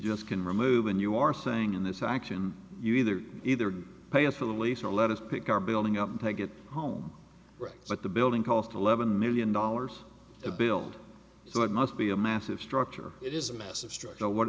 just can remove and you are saying in this action you either either pay us for the lease or let us pick our building up and take it home but the building cost eleven million dollars to build so it must be a massive structure it is a massive structure what